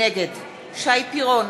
נגד שי פירון,